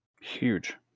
Huge